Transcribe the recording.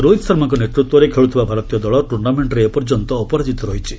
ରୋହିତ୍ ଶର୍ମାଙ୍କ ନେତୃତ୍ୱରେ ଖେଳୁଥିବା ଭାରତୀୟ ଦଳ ଟୁର୍ଣ୍ଣାମେଣ୍ଟରେ ଏପର୍ଯ୍ୟନ୍ତ ଅପରାଜିତ ରହିଛି